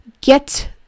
get